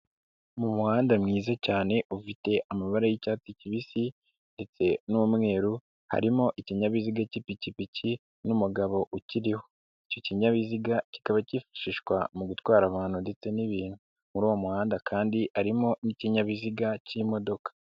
Mu muhanda mwiza cyane ufite amabara y'icyatsi kibisi ndetse n'umweru harimo ikinyabiziga k'ipikipiki n'umugabo ukiriho, icyo kinyabiziga kikaba kifashishwa mu gutwara abantu ndetse n'ibintu, muri uwo muhanda kandi harimo n'ikinyabiziga k'imodoka.